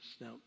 Now